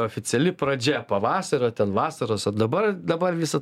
oficiali pradžia pavasario ten vasaros o dabar dabar visa